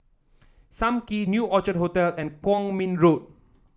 Sam Kee New Orchid Hotel and Kwong Min Road